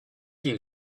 you